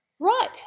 Right